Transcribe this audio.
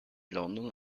london